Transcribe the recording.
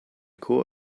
chor